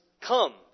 come